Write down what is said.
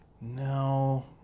No